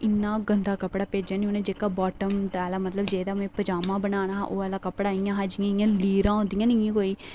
इन्ना गंदा कपड़ा भेजेआ नि उनें जेहका बाटम होंदा जेहदा मतलब में पचामा बनाना ओह् आहला कपड़ा इयां हा जियां लीरा होंदियां नेई जियां कोई